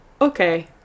okay